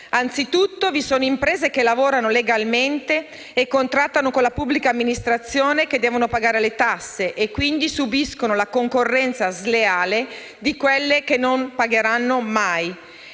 Anzitutto, vi sono imprese che lavorano legalmente e contrattano con la pubblica amministrazione, le quali devono pagare le tasse e, quindi, subiscono la concorrenza sleale di quelle che non pagheranno mai.